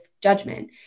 judgment